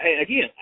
Again